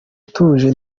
utuje